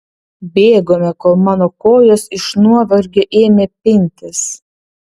bėgome kol mano kojos iš nuovargio ėmė pintis